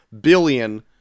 billion